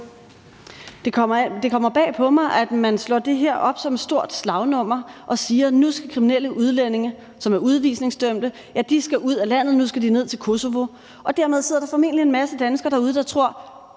Det kommer bag på mig, at man slår det her op som et stort slagnummer og siger, at nu skal kriminelle udlændinge, som er udvisningsdømte, ud af landet, nu skal de ned til Kosovo, og dermed sidder der formentlig en masse danskere derude, der tror,